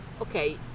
okay